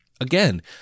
Again